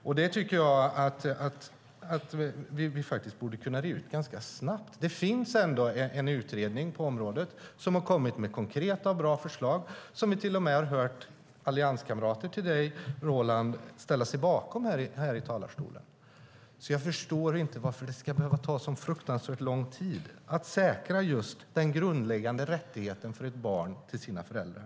Vi borde kunna utreda en sådan fråga snabbt. Det finns ändå en utredning på området som har lagt fram konkreta och bra förslag. Vi har till och med hört allianskamrater till Roland Utbult ställa sig bakom förslagen i talarstolen. Jag förstår inte varför det ska behöva ta så fruktansvärt lång tid att säkra den grundläggande rättigheten för ett barn till sina föräldrar.